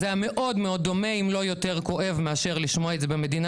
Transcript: זה היה מאוד דומה אם לא יותר כואב מאשר לשמוע את זה במדינה